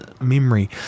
memory